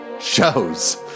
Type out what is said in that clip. shows